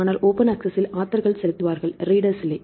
ஆனால் open access ஸில் author செலுத்துவார்கள் ரீடரஸ் இல்லை